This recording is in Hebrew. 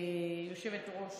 היושבת-ראש